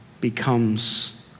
becomes